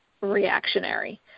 reactionary